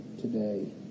today